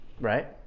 Right